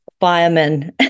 firemen